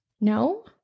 no